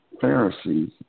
Pharisees